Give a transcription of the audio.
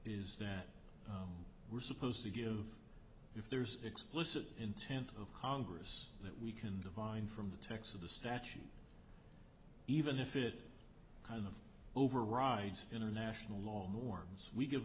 is that we're supposed to give if there's explicit intent of congress that we can divine from the text of the statute even if it kind of overrides international law warms we give